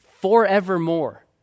forevermore